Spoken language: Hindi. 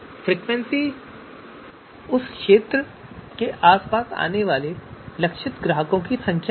फ़्रिक्वेंसी उस क्षेत्र के आसपास आने वाले लक्षित ग्राहकों की संख्या है